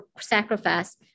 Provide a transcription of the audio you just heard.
sacrifice